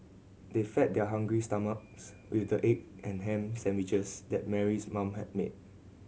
they fed their hungry stomachs with the egg and ham sandwiches that Mary's mom had made